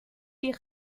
die